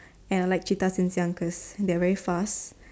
and I like cheetahs since young cause they are very fast